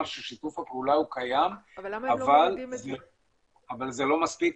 ששיתוף הפעולה קיים אבל זה לא מספיק,